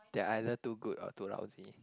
they are either too good or too lousy